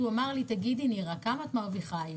והוא אמר לי: כמה את מרוויחה היום?